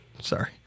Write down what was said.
Sorry